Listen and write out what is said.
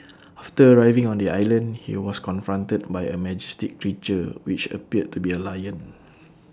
after arriving on the island he was confronted by A majestic creature which appeared to be A lion